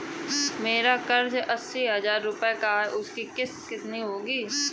मेरा कर्ज अस्सी हज़ार रुपये का है उसकी किश्त कितनी होगी?